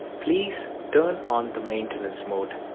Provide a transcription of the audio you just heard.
please turn on the maintenance mode.